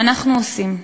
ואנחנו עושים.